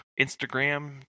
Instagram